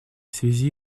связи